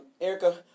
Erica